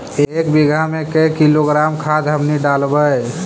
एक बीघा मे के किलोग्राम खाद हमनि डालबाय?